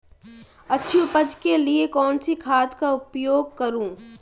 अच्छी उपज के लिए कौनसी खाद का उपयोग करूं?